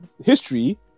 history